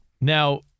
Now